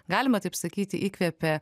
galima taip sakyti įkvėpė